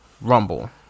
Rumble